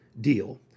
deal